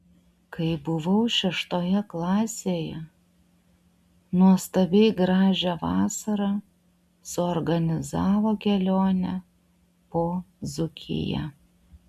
kai buvau šeštoje klasėje nuostabiai gražią vasarą suorganizavo kelionę po dzūkiją